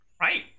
right